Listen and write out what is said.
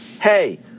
hey